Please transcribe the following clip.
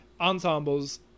ensembles